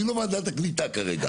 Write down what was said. אני לא ועדת הקליטה כרגע.